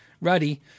ruddy